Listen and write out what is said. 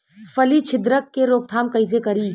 फली छिद्रक के रोकथाम कईसे करी?